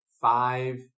five